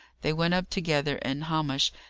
they went up together, and hamish,